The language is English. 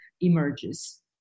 emerges